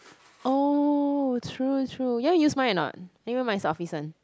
oh true true you want use mine or not anyway mine is office [one]